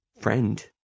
friend